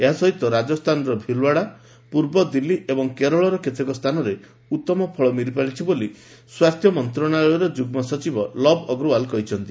ଏହା ସହିତ ରାଜସ୍ଥାନର ଭିଲୱାଡ଼ା ପୂର୍ବଦିଲ୍ଲୀ ଏବଂ କେରଳର କେତେକ ସ୍ଥାନରେ ଉତ୍ତମ ଫଳ ମିଳିପାରିଛି ବୋଲି ସ୍ୱାସ୍ଥ୍ୟ ମନ୍ତ୍ରଶାଳୟର ଯୁଗ୍ମ ସଚିବ ଲବ୍ ଅଗ୍ରୱାଲ କହିଚ୍ଚନ୍ତି